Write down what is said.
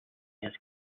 his